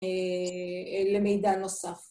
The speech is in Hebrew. אין לי מידע נוסף.